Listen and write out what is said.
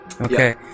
Okay